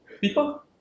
People